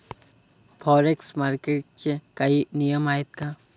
Forex मार्केटचे काही नियम आहेत का?